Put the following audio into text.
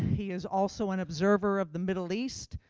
he is also an observer of the middle east.